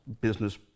business